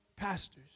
Pastors